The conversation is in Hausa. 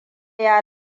ya